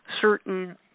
certain